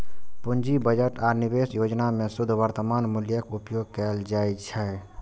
पूंजी बजट आ निवेश योजना मे शुद्ध वर्तमान मूल्यक उपयोग कैल जाइ छै